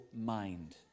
mind